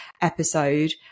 episode